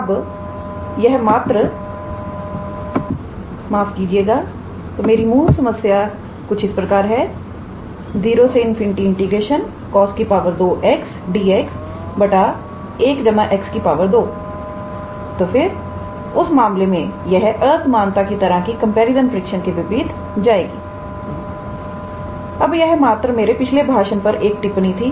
अबयह मात्र मेरे पिछले भाषण पर एक टिप्पणी थी